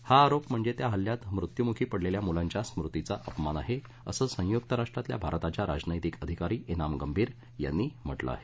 हा आरोप म्हणजे त्या हल्ल्यात मृत्युमुखी पडलेल्या मुलांच्या स्मृतीचा अपमान आहे असं संयुक राष्ट्रातल्या भारताच्या राजनैतिक अधिकारी एनाम गंभीर यांनी म्हंटलं आहे